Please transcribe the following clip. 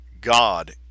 God